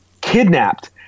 kidnapped